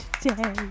today